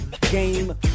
game